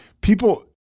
people